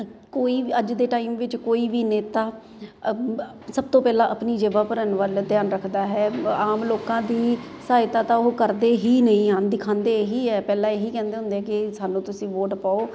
ਕੋਈ ਵੀ ਅੱਜ ਦੇ ਟਾਈਮ ਵਿੱਚ ਕੋਈ ਵੀ ਨੇਤਾ ਸਭ ਤੋਂ ਪਹਿਲਾਂ ਆਪਣੀ ਜੇਬਾਂ ਭਰਨ ਵੱਲ ਧਿਆਨ ਰੱਖਦਾ ਹੈ ਆਮ ਲੋਕਾਂ ਦੀ ਸਹਾਇਤਾ ਤਾਂ ਉਹ ਕਰਦੇ ਹੀ ਨਹੀਂ ਹਨ ਦਿਖਾਉਂਦੇ ਇਹੀ ਹੈ ਪਹਿਲਾਂ ਇਹੀ ਕਹਿੰਦੇ ਹੁੰਦੇ ਕਿ ਸਾਨੂੰ ਤੁਸੀਂ ਵੋਟ ਪਾਓ